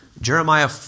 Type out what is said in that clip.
Jeremiah